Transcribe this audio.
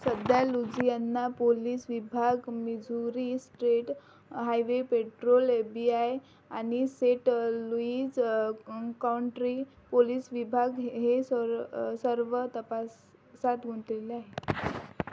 सध्या Louisiana police विभाग Missouri state highway patrol F B I आणि सेट लुईज काउंट्री पोलीस विभाग हे सर सर्व तपासात गुंतलेले आहे